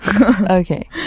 Okay